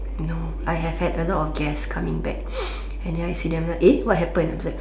no I have had a lot of guest coming back and then I see them like eh what happened then after that